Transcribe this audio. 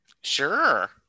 Sure